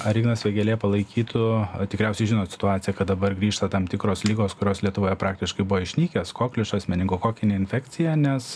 ar ignas vėgėlė palaikytų tikriausiai žinot situaciją kad dabar grįžta tam tikros ligos kurios lietuvoje praktiškai buvo išnykęs kokliušas meningokokinė infekcija nes